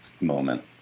moment